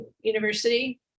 university